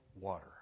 water